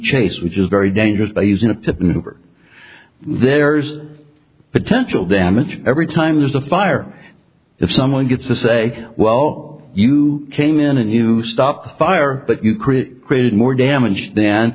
chase which is very dangerous by using it to move or there's potential damage every time there's a fire if someone gets to say well you came in a new stop fire but you create created more damage than